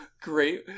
great